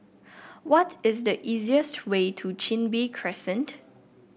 what is the easiest way to Chin Bee Crescent